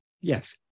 Yes